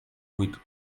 with